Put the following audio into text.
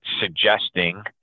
suggesting